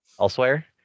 elsewhere